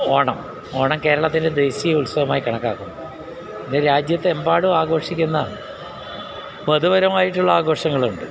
ഓണം ഓണം കേരളത്തിൻ്റെ ദേശീയ ഉത്സവമായി കണക്കാക്കുന്നു ഇന്ന് രാജ്യത്ത് എമ്പാടും ആഘോഷിക്കുന്ന മതപരമായിട്ടുള്ള ആഘോഷങ്ങളുണ്ട്